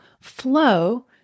flow